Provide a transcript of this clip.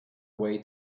way